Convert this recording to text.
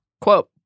Quote